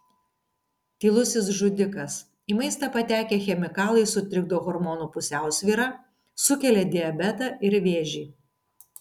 tylusis žudikas į maistą patekę chemikalai sutrikdo hormonų pusiausvyrą sukelia diabetą ir vėžį